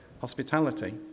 hospitality